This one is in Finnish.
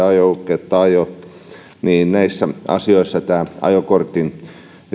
ajo oikeutta ajo näissä asioissa tämä ajokortin